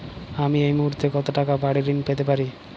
আমি এই মুহূর্তে কত টাকা বাড়ীর ঋণ পেতে পারি?